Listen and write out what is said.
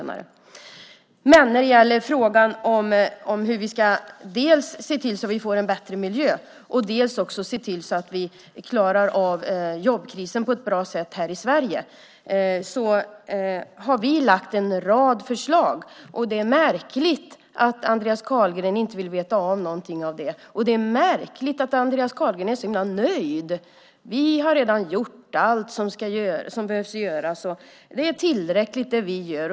När det gäller frågan om hur vi dels ska se till hur vi får en bättre miljö, dels se till att vi klarar av jobbkrisen på ett bra sätt här i Sverige har vi lagt en rad förslag. Det är märkligt att Andreas Carlgren inte vill veta av någonting av det, och det är märkligt att Andreas Carlgren är så nöjd. "Vi har redan gjort allt som behöver göras, och det är tillräckligt det vi gör."